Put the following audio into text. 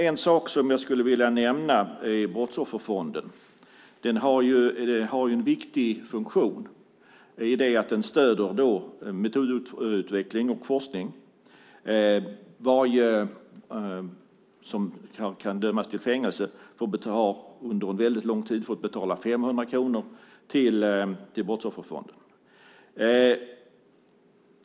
En sak som jag skulle vilja nämna är Brottsofferfonden. Den har en viktig funktion. Den stöder metodutveckling och forskning. Alla som kan dömas till fängelse har under en lång tid fått betala 500 kronor till Brottsofferfonden.